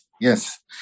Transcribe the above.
Yes